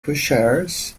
pushchairs